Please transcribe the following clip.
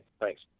Thanks